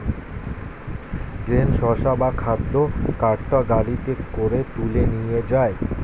grain শস্য বা খাদ্য কার্ট গাড়িতে করে তুলে নিয়ে যায়